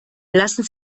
lassen